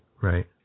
Right